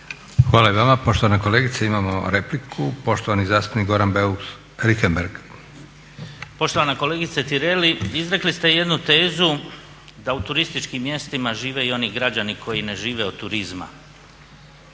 Hvala i vama poštovana kolegice. Imamo repliku poštovani zastupnik Goran Beus Richembergh. **Beus Richembergh, Goran (HNS)** Poštovana kolegice Tireli, izrekli ste jednu tezu da u turističkim mjestima žive i oni građani koji ne žive od turizma.